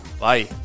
bye